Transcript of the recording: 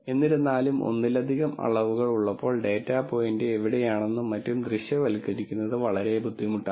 എന്നിരുന്നാലും ഒന്നിലധികം അളവുകൾ ഉള്ളപ്പോൾ ഡാറ്റാ പോയിന്റ് എവിടെയാണെന്നും മറ്റും ദൃശ്യവൽക്കരിക്കുന്നത് വളരെ ബുദ്ധിമുട്ടാണ്